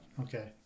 okay